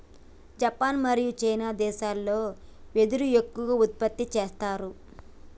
Japan మరియు China దేశాలల్లో వెదురు ఎక్కువ ఉత్పత్తి చేస్తారు